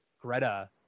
Greta